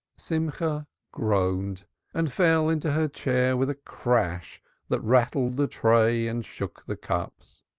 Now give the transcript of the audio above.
simcha groaned and fell into her chair with a crash that rattled the tray and shook the cups.